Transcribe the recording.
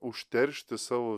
užteršti savo